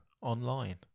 Online